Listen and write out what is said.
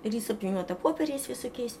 ir jis apvyniota popieriais visokiais